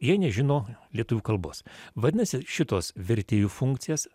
jie nežino lietuvių kalbos vadinasi šitos vertėjų funkcijas